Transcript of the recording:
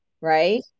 right